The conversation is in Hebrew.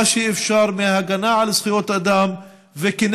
שאפשר מההגנה על זכויות אדם ולהיאבק,